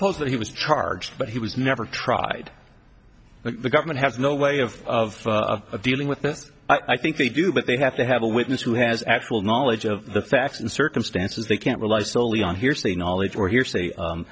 suppose that he was charged but he was never tried the government has no way of of dealing with this i think they do but they have to have a witness who has actual knowledge of the facts and circumstances they can't rely solely on hearsay knowledge or hearsay